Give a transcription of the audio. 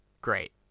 great